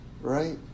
right